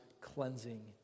cleansing